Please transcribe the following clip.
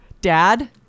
Dad